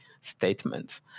statement